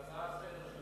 זו הצעה לסדר-היום שלי